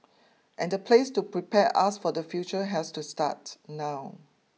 and the place to prepare us for the future has to start now